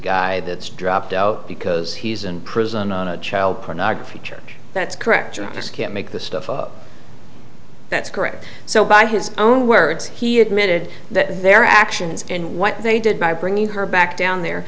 guy that's dropped out because he's in prison on a child pornography church that's correct you just can't make this stuff up that's correct so by his own words he admitted that their actions and what they did by bringing her back down there